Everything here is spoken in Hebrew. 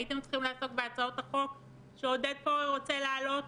הייתם צריכים לעסוק בהצעות החוק שעודד פורר רוצה להעלות